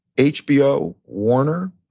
hbo, warner,